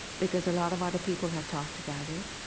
because a lot of other people had talked about it,